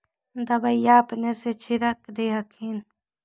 दबइया अपने से छीरक दे हखिन?